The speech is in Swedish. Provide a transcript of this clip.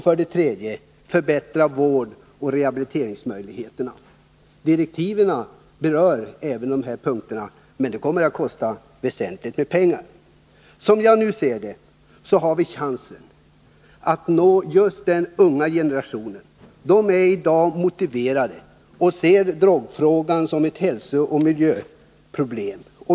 För det tredje måste vi förbättra vårdoch rehabiliteringsmöjligheterna. I direktiven berörs även dessa punkter, men åtgärderna kommer att kosta mycket pengar. Som jag ser det har vi nu chansen att nå den unga generationen. Ungdomarna är i dag motiverade och ser drogfrågan som ett hälsooch miljöproblem.